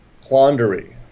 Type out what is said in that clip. quandary